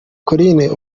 collins